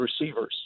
receivers